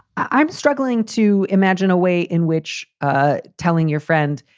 i'm struggling to imagine a way in which ah telling your friend,